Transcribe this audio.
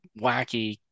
wacky